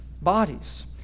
bodies